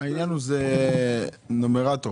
זה נומרטור.